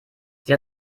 sie